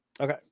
Okay